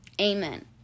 Amen